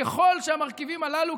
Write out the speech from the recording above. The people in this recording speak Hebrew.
ככל שהמרכיבים הללו,